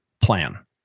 plan